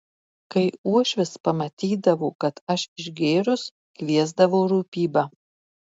kai uošvis pamatydavo kad aš išgėrus kviesdavo rūpybą